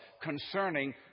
concerning